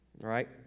right